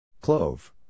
Clove